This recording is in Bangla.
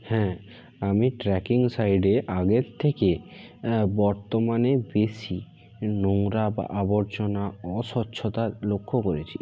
হ্যাঁ আমি ট্রেকিং সাইটে আগের থেকে বর্তমানে বেশি নোংরা বা আবর্জনা অস্বচ্ছতা লক্ষ্য করেছি